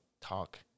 talk